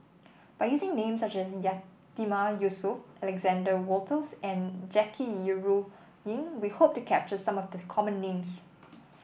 by using names such as Yatiman Yusof Alexander Wolters and Jackie Yi Ru Ying we hope to capture some of the common names